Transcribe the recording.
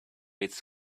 its